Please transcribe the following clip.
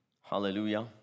Hallelujah